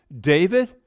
David